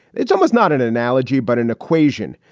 it's almost not an analogy, but an equation.